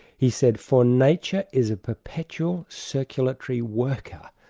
he said for nature is a perpetual circulatory worker,